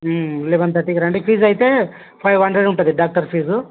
eleven థర్టీకి రండి fees అయితే ఫైవ్ హండ్రెడ్ ఉంటుంది డాక్టర్ ఫీజు